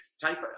type